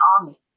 army